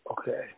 okay